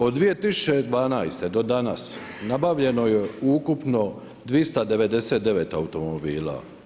Od 2012. do danas nabavljeno je ukupno 299 automobila.